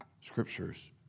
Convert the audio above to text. scriptures